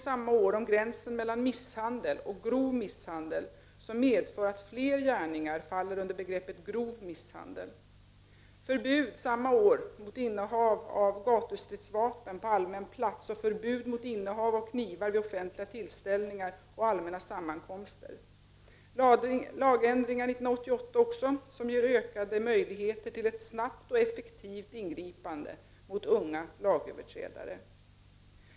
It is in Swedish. —-Lagändringar 1988 som ger ökade möjligheter till ett snabbt och effektivt ingripande mot unga lagöverträdare.